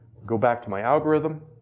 go back to my algorithm,